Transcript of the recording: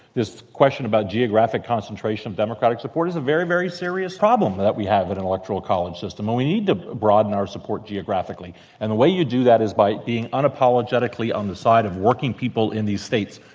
this question about geographic concentration of democratic supporters and very, very serious problem that we have in an electoral college system and we need to broaden our support geographically and the way you do that is by being unapologetically on the side of working people in these states.